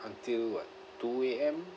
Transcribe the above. until what two A_M